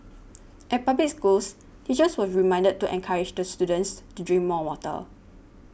at public schools teachers were reminded to encourage the students to drink more water